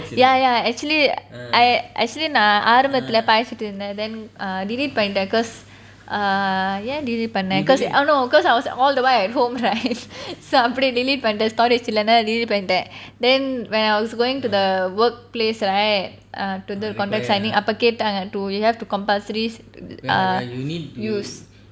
ya ya actually I I நான் ஆரம்பித்துல படிச்சிட்டு இருந்தேன்:naan arambathula padichitu irunthen err then delete பண்ணிட்டேன்:panniten cause err ஏன்:yen delete பண்ணேன்:pannen cause I don't know cause I was all the while at home right so delete பண்ணிட்டேன்:panniten storage இல்லனு:illanu delete பண்ணிட்டேன்:panniten then when I was going to the workplace right err அப்போ கேட்டாங்க:apo ketanga you have to compulsory s~ err use